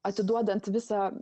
atiduodant visą